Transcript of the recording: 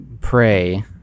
pray